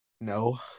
No